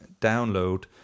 download